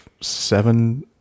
seven